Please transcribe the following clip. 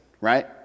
Right